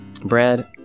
Brad